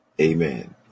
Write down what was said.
Amen